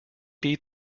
beat